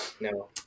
no